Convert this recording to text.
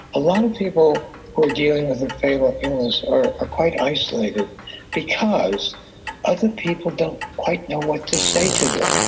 a lot of people who are dealing with a fatal illness are are quite isolated because other people don't quite know what to say to them,